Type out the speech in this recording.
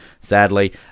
sadly